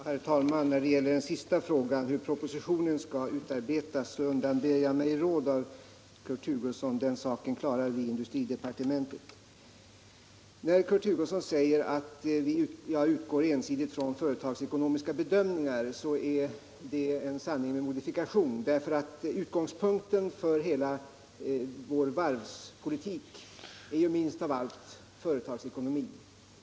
Herr talman! Då det gäller den sista frågan, hur propositionen skall utarbetas, undanber jag mig råd av Kurt Hugosson. Den saken klarar vi i industridepartementet. När Kurt Hugosson säger att jag ensidigt utgår från företagsekonomiska bedömningar, så är det en sanning med modifikation, därför att utgångspunkten för hela vår varvspolitik är ju minst av allt företagsekonomi.